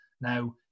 Now